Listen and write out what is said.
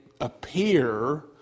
appear